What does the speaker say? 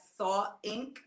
sawinc